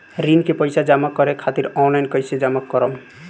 ऋण के पैसा जमा करें खातिर ऑनलाइन कइसे जमा करम?